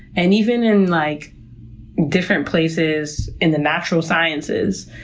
and even in like different places in the natural sciences.